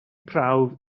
prawf